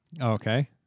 Okay